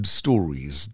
stories